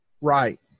Right